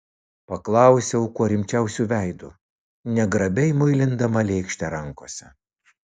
paklausiau kuo rimčiausiu veidu negrabiai muilindama lėkštę rankose